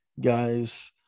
guys